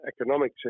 economic